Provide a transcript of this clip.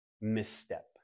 misstep